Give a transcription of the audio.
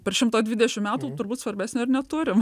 per šimtą dvidešimt metų turbūt svarbesnio ir neturim